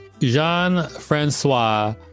Jean-Francois